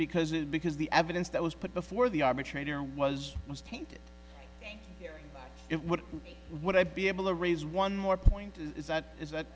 because it because the evidence that was put before the arbitrator was was tainted hear it what would i be able to raise one more point is that is that